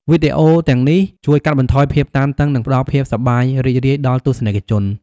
វីដេអូទាំងនេះជួយកាត់បន្ថយភាពតានតឹង និងផ្តល់ភាពសប្បាយរីករាយដល់ទស្សនិកជន។